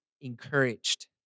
encouraged